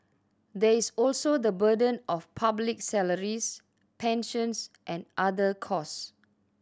there is also the burden of public salaries pensions and other costs